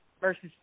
versus